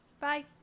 Bye